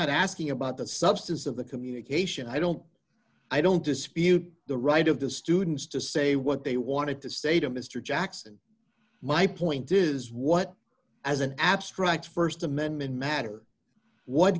not asking about the substance of the communication i don't i don't dispute the right of the students to say what they wanted to say to mr jackson my point is what as an abstract st amendment matter what